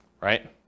right